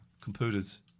Computers